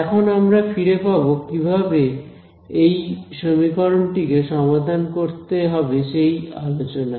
এখন আমরা ফিরে যাব কিভাবে এই সমীকরণটি কে সমাধান করতে হবে সেই আলোচনায়